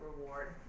reward